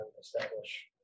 establish